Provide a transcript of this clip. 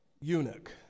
eunuch